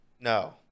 No